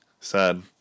Sad